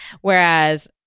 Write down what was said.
Whereas